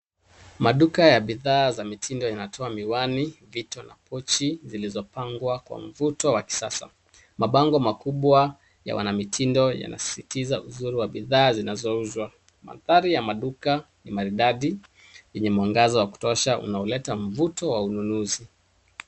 Maduka ya bidhaa za mitindo yanatoa miwani, vito na pochi zilizopangwa kwa mvuto wa kisasa. Mabango makubwa ya wanamitindo yanasisitiza uzuri wa bidhaa zinazouzwa. Mandhari ya duka ni maridadi yenye mwangaza wa kutosha unaoleta mvuto wa ununuzi.